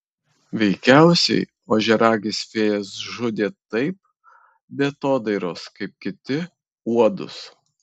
veikiausiai ožiaragis fėjas žudė taip be atodairos kaip kiti uodus